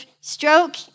stroke